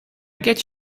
get